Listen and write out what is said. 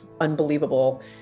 unbelievable